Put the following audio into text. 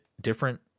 different